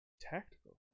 tactical